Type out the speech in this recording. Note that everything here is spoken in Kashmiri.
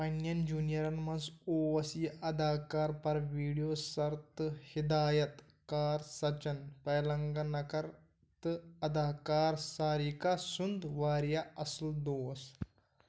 پَنٕنٮ۪ن جوٗنیرَن منٛز اوس یہِ اَداکار پرٛوڈیوٗسر تہٕ ہِدایت کار سَچّن پیلنٛگانٛکر تہٕ اَداکار ساریکا سُنٛد واریٛاہ اَصٕل دوس